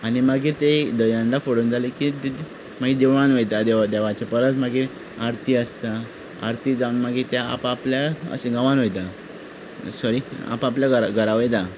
आनी मागीर ते दही हंडी फोडून जाली की मागीर देवळांत वयता देवाचे परत मागीर आर्ती आसता आर्ती जावन मागीर ते आप आपल्या अशी गांवांत वयता सोरी आप आपल्या घरा घरा वयता